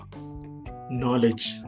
knowledge